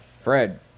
Fred